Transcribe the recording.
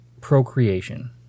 procreation